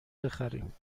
بخریم